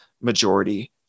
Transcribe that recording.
majority